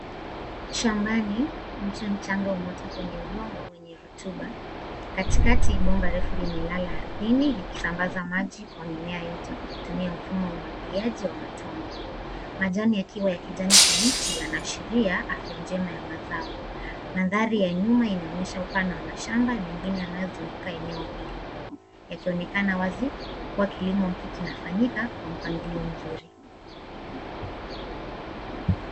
Shambani, mche mchanga umeota kwenye udongo wenye rutuba. Katikati bomba refu limelala ardhini likisambaza maji kwa mimea yote kutumia mfumo wa umwagiliaji wa matone. Majani yakiwa ya kijani kibichi yanaashiria afya njema ya mazao. Mandhari ya nyuma inaonyesha upana wa mashamba mengine yanayozunguka eneo hilo, yakionekana wazi kuwa kilimo hiki kinafanyika kwa mpangilio mzuri.